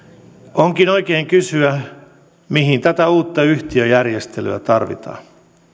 onkin oikein kysyä mihin tätä uutta yhtiöjärjestelyä tarvitaan